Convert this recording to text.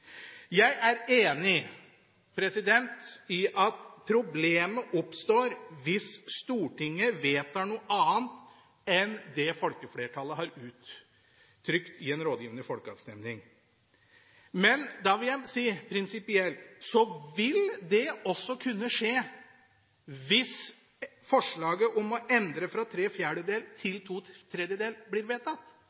Jeg er enig i at problemet oppstår hvis Stortinget vedtar noe annet enn det folkeflertallet har uttrykt i en rådgivende folkeavstemning. Men prinsipielt vil det også kunne skje hvis forslaget om å endre fra tre fjerdedels til to tredjedels flertall blir vedtatt.